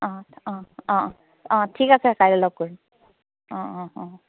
অ অ অ অ ঠিক আছে কাইলৈ লগ কৰিম অ অ অ